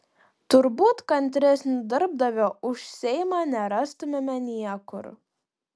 turbūt kantresnio darbdavio už seimą nerastumėme niekur